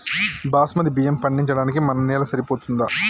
బాస్మతి బియ్యం పండించడానికి మన నేల సరిపోతదా?